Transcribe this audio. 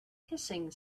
hissing